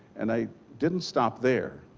and i didn't stop there.